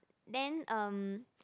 then um